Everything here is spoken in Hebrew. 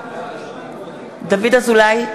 אזולאי,